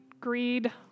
greed